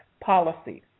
policies